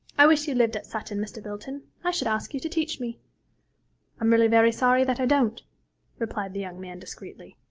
i wish you lived at sutton, mr. bilton. i should ask you to teach me i'm really very sorry that i don't replied the young man discreetly.